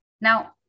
now